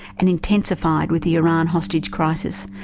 and intensified with the iran hostage crisis,